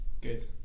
Good